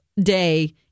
Day